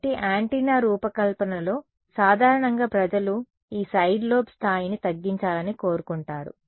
కాబట్టి యాంటెన్నా రూపకల్పనలో సాధారణంగా ప్రజలు ఈ సైడ్ లోబ్ స్థాయిని తగ్గించాలని కోరుకుంటారు